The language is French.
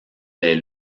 lès